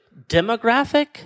demographic